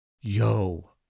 Yo